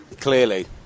Clearly